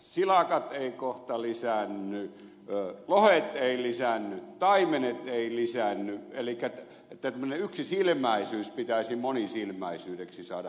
silakat eivät kohta lisäänny lohet eivät lisäänny taimenet eivät lisäänny elikkä tämmöinen yksisilmäisyys pitäisi monisilmäisyydeksi saada aika pian